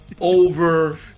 over